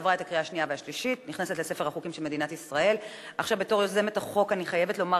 שעברה בקריאה השנייה והשלישית ונכנסת לספר החוקים של מדינת ישראל.